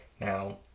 Now